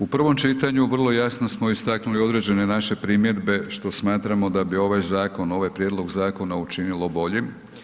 U prvom čitanju vrlo jasno smo istaknuli određene naše primjedbe što smatramo da bi ovaj zakon, ovaj prijedlog zakona učinilo boljim.